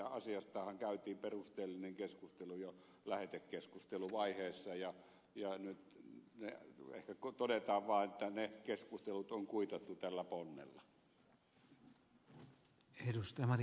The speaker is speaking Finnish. asiastahan käytiin perusteellinen keskustelu jo lähetekeskusteluvaiheessa ja nyt ehkä todetaan vaan että ne keskustelut on kuitattu tällä ponnella